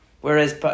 Whereas